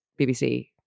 bbc